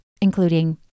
including